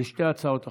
על שתי הצעות החוק.